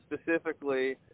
specifically